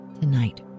tonight